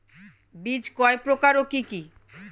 বীজ কয় প্রকার ও কি কি?